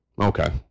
Okay